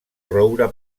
roure